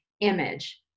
image